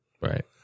Right